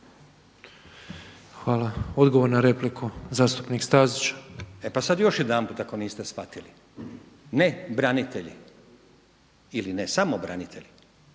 Hvala. Odgovor na repliku, zastupnik Stazić. **Stazić, Nenad (SDP)** E pa sad još jedanput ako niste shvatili, ne branitelji ili ne samo branitelji,